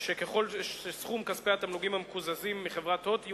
כך שככל שסכום כספי התמלוגים המקוזזים מחברת "הוט" יהיה